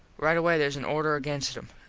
right away theres an order against em.